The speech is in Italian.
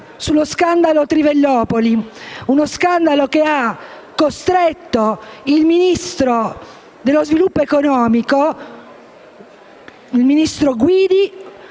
allo scandalo trivellopoli: uno scandalo che ha costretto il ministro dello sviluppo economico Guidi